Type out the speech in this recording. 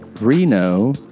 Reno